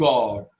God